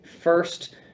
first